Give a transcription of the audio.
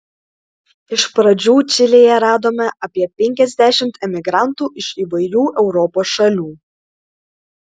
iš pradžių čilėje radome apie penkiasdešimt emigrantų iš įvairių europos šalių